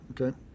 okay